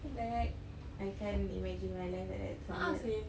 back I can't imagine my life like that for real